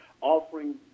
offering